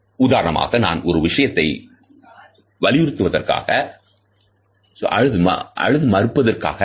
உதாரணமாக நான் ஒரு விஷயத்தை வலியுறுத்துவதற்காக அழுது மறுப்பதற்காக போடிஎம் மீது என்னுடைய முஷ்டி வைப்பதை பார்க்கலாம்